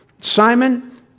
Simon